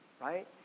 right